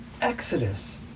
exodus